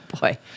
boy